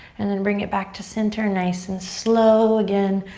and then bring it back to center nice and slow. again,